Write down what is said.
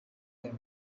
them